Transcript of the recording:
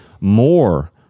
more